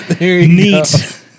Neat